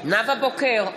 נאוה בוקר,